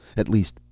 at least,